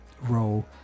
role